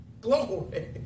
Glory